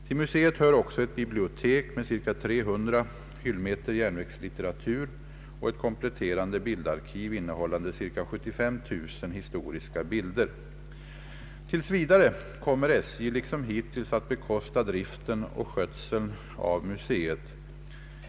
Till museet hör också ett bibliotek med ca 300 hyllmeter järnvägslitteratur och ett kompletterande bildarkiv innehållande ca 75000 historiska bilder. Tills vidare kommer SJ liksom hittills att bekosta driften och skötseln av museet.